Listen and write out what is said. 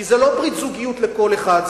כי זה לא ברית זוגיות לכל אחד,